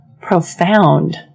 profound